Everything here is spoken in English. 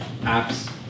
apps